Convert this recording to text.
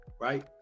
right